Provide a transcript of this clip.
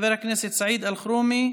חבר הכנסת סעיד אלחרומי,